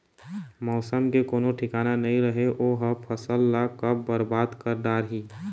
मउसम के कोनो ठिकाना नइ रहय ओ ह फसल ल कब बरबाद कर डारही